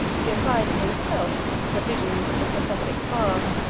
he applied to himself the visions of the prophetic bard.